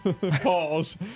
Pause